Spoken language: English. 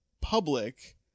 public